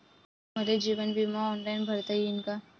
मले जीवन बिमा ऑनलाईन भरता येईन का?